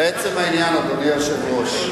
לעצם העניין, אדוני היושב-ראש: